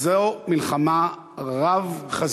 זו מלחמה רב-חזיתית,